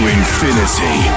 infinity